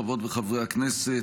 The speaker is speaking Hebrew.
חברות וחברי הכנסת,